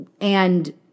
and-